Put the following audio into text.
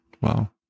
wow